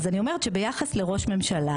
אז אני אומרת שביחס לראש ממשלה,